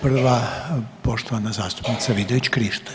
Prva poštovana zastupnica Vidović Krišto.